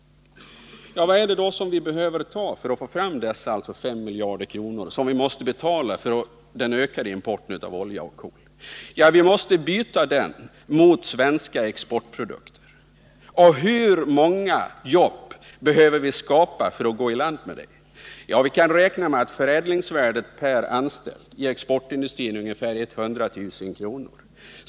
Vad är det då vi behöver göra för att få fram dessa 5 miljarder kronor som vi måste betala för den ökade importen av olja och kol? Vi måste byta den mot svenska exportprodukter. Hur många jobb behöver vi skapa för att gå i land med det? Vi kan räkna med att förädlingsvärdet per anställd i exportindustrin är ungefär 100 000 kr.